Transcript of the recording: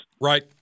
Right